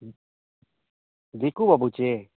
ᱫᱤᱠᱩ ᱵᱟᱹᱵᱩ ᱥᱮ